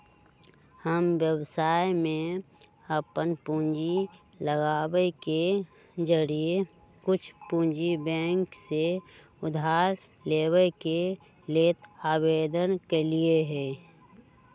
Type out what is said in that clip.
हम व्यवसाय में अप्पन पूंजी लगाबे के जौरेए कुछ पूंजी बैंक से उधार लेबे के लेल आवेदन कलियइ ह